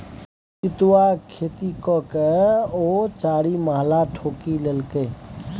सितुआक खेती ककए ओ चारिमहला ठोकि लेलकै